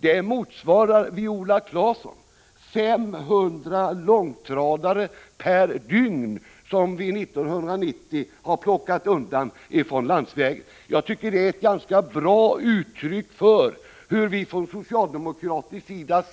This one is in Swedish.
Det motsvarar, Viola Claesson, 500 långtradare per dygn, som vi 1990 har fört undan från landsvägarna. Jag tycker att det är ett ganska bra uttryck för socialdemokraternas